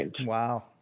Wow